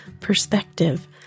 perspective